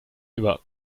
über